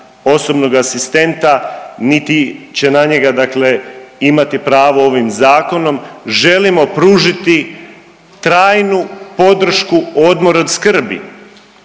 osobnog asistenta, niti će na njega dakle imati pravo ovim zakonom, želimo pružiti trajnu podršku „Odmor od skrbi“